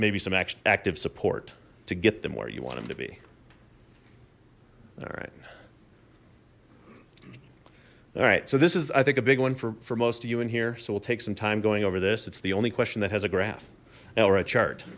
maybe some action active support to get them where you want them to be all right all right so this is i think a big one for most of you in here so we'll take some time going over this it's the only question that has a graph l or a chart